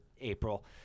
april